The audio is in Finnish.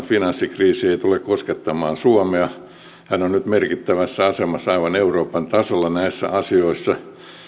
finanssikriisi ei tule koskettamaan suomea hän on nyt merkittävässä asemassa aivan euroopan tasolla näissä asioissa